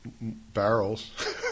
barrels